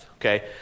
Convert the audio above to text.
okay